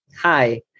hi